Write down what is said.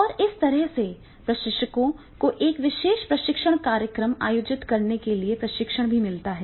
और इस तरह से प्रशिक्षकों को एक विशेष प्रशिक्षण कार्यक्रम आयोजित करने के लिए प्रशिक्षण भी मिलता है